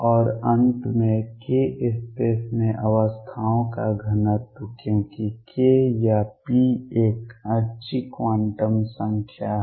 और अंत में k स्पेस में अवस्थाओं का घनत्व क्योंकि k या p एक अच्छी क्वांटम संख्या है